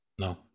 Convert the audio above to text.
No